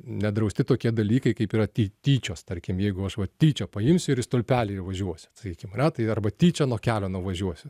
nedrausti tokie dalykai kaip yra ty tyčios tarkim jeigu aš va tyčia paimsiu ir į stulpelį jau važiuosiu sakykim ane tai arba tyčia nuo kelio nuvažiuosiu